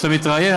כשאתה מתראיין,